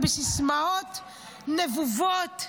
ובסיסמאות נבובות,